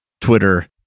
Twitter